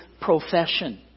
profession